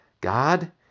God